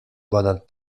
bonan